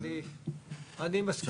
אמרתם לנו, יהיה תקנות, אני מניח